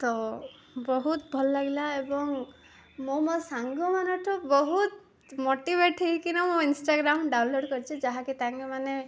ତ ବହୁତ ଭଲ ଲାଗିଲା ଏବଂ ମୁଁ ମୋ ସାଙ୍ଗମାନଠୁ ବହୁତ ମୋଟିଭେଟ୍ ହେଇକିନା ମୁଁ ଇନଷ୍ଟାଗ୍ରାମ ଡାଉନଲୋଡ଼ କରିଚି ଯାହାକି ତାଙ୍କେମାନେ